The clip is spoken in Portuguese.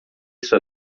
sua